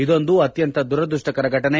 ಇದೊಂದು ಅತ್ಯಂತ ದುರದೃಷ್ಷಕರ ಘಟನೆ